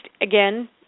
again